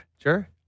Sure